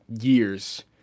years